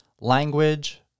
language